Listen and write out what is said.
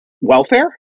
welfare